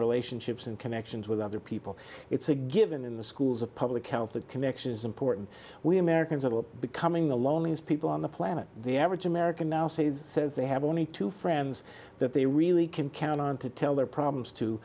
relationships and connections with other people it's a given in the schools of public health that connection is important we americans are all becoming the loneliest people on the planet the average american now say says they have only two friends that they really can count on to tell their problems t